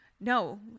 No